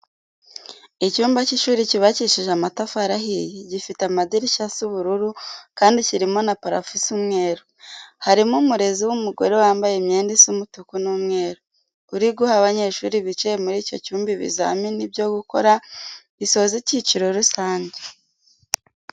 Icyumba cy'ishuri cyubakishije amatafari ahiye, gifite amadirishya asa ubururu kandi kirimo na parafo isa umweru. Harimo umurezi w'umugore wambaye imyenda isa umutuku n'umweru, uri guha abanyeshuri bicaye muri icyo cyumba ibizamini byo gukora bisoza ikiciro rusange.